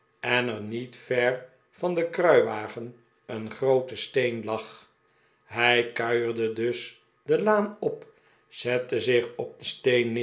en er niet ver van den kruiwagen een groote steen lag hij kuierde dus de laan op zette zich op den